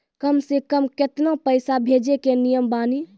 कम से कम केतना पैसा भेजै के नियम बानी?